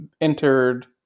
entered